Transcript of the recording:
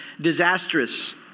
disastrous